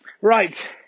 Right